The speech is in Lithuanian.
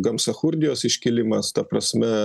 gamsachurdijos iškilimas ta prasme